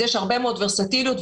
מכיוון שיש הרבה ורסטיליות,